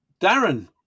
Darren